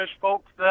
folks